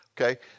okay